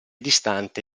distante